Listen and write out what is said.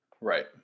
right